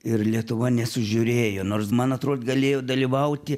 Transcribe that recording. ir lietuva nesužiūrėjo nors man atrod galėjo dalyvauti